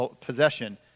possession